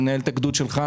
לנהל את הגדוד שלו,